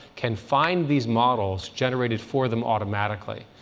can find these models generated for them automatically.